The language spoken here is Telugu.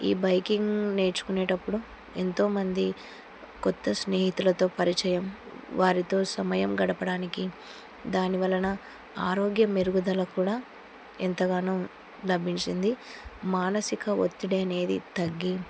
ఈ బైకింగ్ నేర్చుకునేటప్పుడు ఎంతోమంది కొత్త స్నేహితులతో పరిచయం వారితో సమయం గడపడానికి దాని వలన ఆరోగ్యం మెరుగుదల కూడా ఎంతగానో లభించింది మానసిక ఒత్తిడి అనేది తగ్గి